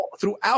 throughout